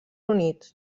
units